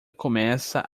começa